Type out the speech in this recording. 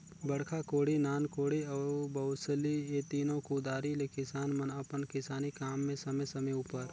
बड़खा कोड़ी, नान कोड़ी अउ बउसली ए तीनो कुदारी ले किसान मन अपन किसानी काम मे समे समे उपर